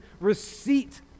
receipt